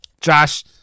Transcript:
josh